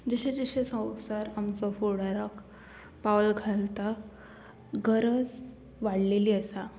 जशें जशें संवसार आमचो फुडाराक पावल घालता गरज वाडलेली आसा